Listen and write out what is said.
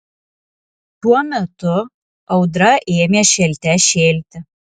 tuo metu audra ėmė šėlte šėlti